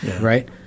right